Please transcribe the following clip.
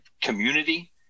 community